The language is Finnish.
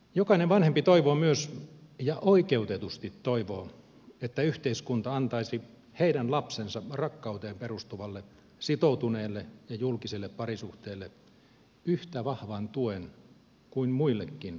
jokainen vanhempi toivoo myös ja oikeutetusti toivoo että yhteiskunta antaisi heidän lapsensa rakkauteen perustuvalle sitoutuneelle ja julkiselle parisuhteelle yhtä vahvan tuen kuin muillekin parisuhteille